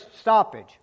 stoppage